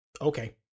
Okay